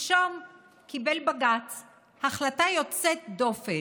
שלשום קיבל בג"ץ החלטה יוצאת דופן: